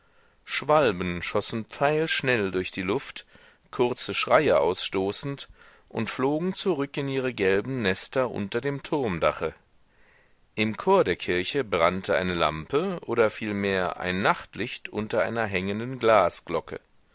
schwalben schossen pfeilschnell durch die luft kurze schreie ausstoßend und flogen zurück in ihre gelben nester unter dem turmdache im chor der kirche brannte eine lampe oder vielmehr ein nachtlicht unter einer hängenden glasglocke